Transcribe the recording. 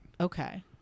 Okay